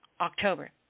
October